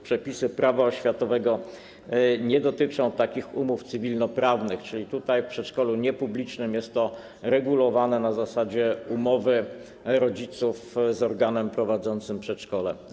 Przepisy Prawa oświatowego nie dotyczą takich umów cywilnoprawnych, czyli tutaj w przedszkolu niepublicznym jest to regulowane na zasadzie umowy rodziców z organem prowadzącym przedszkole.